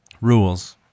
rules